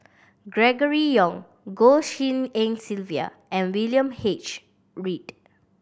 Gregory Yong Goh Tshin En Sylvia and William H Read